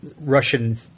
Russian